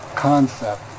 concept